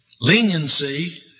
Leniency